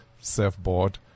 surfboard